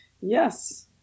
Yes